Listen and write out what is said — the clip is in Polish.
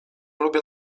lubię